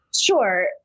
Sure